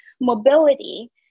mobility